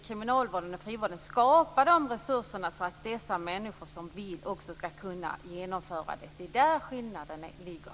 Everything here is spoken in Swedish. Kriminalvården och frivården skall skapa resurser så att de människor som vill skall kunna få elektronisk övervakning. Det är där skillnaden ligger.